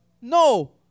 No